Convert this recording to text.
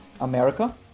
America